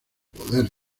poder